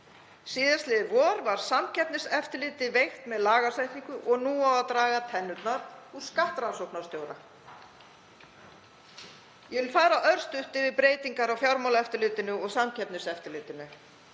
Síðastliðið vor var Samkeppniseftirlitið veikt með lagasetningu og nú á að draga tennurnar úr skattrannsóknarstjóra. Ég vil fara örstutt yfir breytingar á Fjármálaeftirlitinu og Samkeppniseftirlitinu.